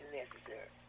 necessary